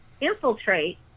infiltrate